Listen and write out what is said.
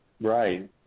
Right